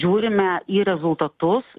žiūrime į rezultatus